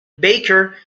baker